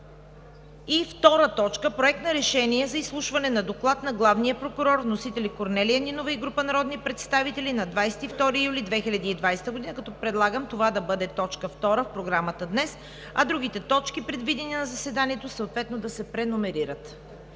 2020 г. 2. Проект на решение за изслушване на Доклад на главния прокурор. Вносители са Корнелия Нинова и група народни представители на 22 юли 2020 г. Предлагам това да бъде точка втора в Програмата днес. Другите точки, предвидени за заседанието, съответно ще се преномерират.